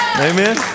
Amen